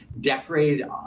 decorated